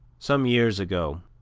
some years ago,